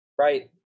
right